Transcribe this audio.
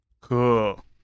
Cool